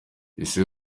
ise